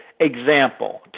example